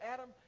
Adam